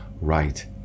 Right